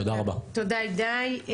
תודה הידי.